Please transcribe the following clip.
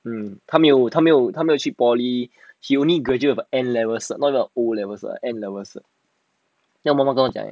mmhmm 他没有无他没有他没有去 polytechnic he only graduate of N levels certificate not even O levels certificate N levels certficate then 我妈妈跟我讲